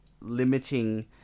limiting